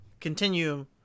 continue